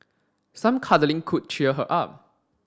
some cuddling could cheer her up